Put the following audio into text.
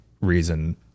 reason